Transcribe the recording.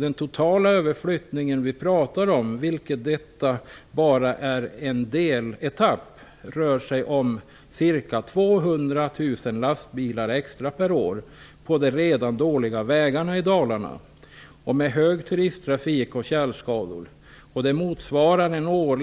Den totala överflyttningen som vi talar om, av vilken detta bara är en del, rör sig om ca 200 000 lastbilar extra per år på de redan dåliga vägarna i Dalarna. Tänk -- en omfattande turisttrafik, tjälskador och